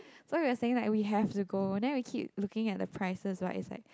so we was thinking like we have to go then we keep looking at the prices right it's like